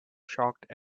shocked